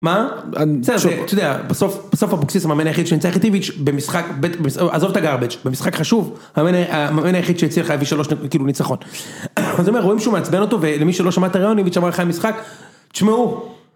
מה? בסדר, אתה יודע, בסוף אבקסיס המאמן היחיד שניצח איתי במשחק... עזוב את הגארבג', במשחק חשוב, המאמן היחיד שהצליח להביא שלוש נק... כאילו ניצחון. אז אומר, רואים שהוא מעצבן אותו, ולמי שלא שמע את הראיון אני אגיד שהוא אמר אחרי המשחק, תשמעו...